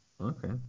Okay